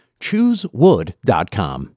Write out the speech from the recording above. Choosewood.com